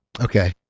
Okay